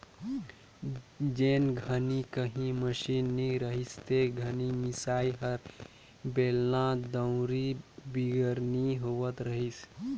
जेन घनी काही मसीन नी रहिस ते घनी मिसई हर बेलना, दउंरी बिगर नी होवत रहिस